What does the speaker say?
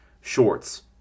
shorts